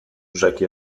rzekł